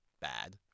bad